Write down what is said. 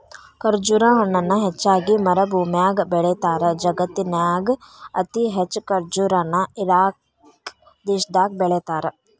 ಖರ್ಜುರ ಹಣ್ಣನ ಹೆಚ್ಚಾಗಿ ಮರಭೂಮ್ಯಾಗ ಬೆಳೇತಾರ, ಜಗತ್ತಿನ್ಯಾಗ ಅತಿ ಹೆಚ್ಚ್ ಖರ್ಜುರ ನ ಇರಾಕ್ ದೇಶದಾಗ ಬೆಳೇತಾರ